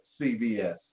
CVS